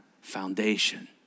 foundation